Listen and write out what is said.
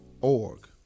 org